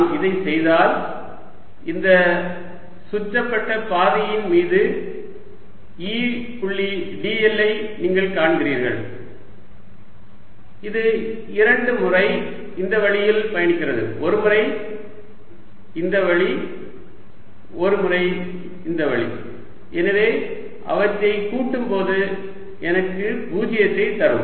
நான் இதைச் செய்தால் இந்த சுற்றப்பட்ட பாதையின் மீது E புள்ளி dl ஐ நீங்கள் காண்கிறீர்கள் இது இரண்டு முறை இந்த வழியில் பயணிக்கிறது ஒருமுறை இந்த வழி ஒருமுறை இந்த வழி எனவே அவற்றை கூட்டும் போது எனக்கு பூஜ்ஜியத்தை தரும்